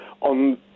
On